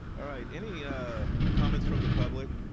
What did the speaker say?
all right any ah comments from the public?